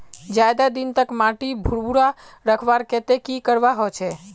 ज्यादा दिन तक माटी भुर्भुरा रखवार केते की करवा होचए?